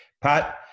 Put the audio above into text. Pat